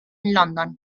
london